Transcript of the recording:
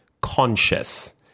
conscious